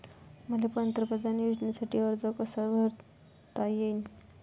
मले पंतप्रधान योजनेसाठी अर्ज कसा कसा करता येईन?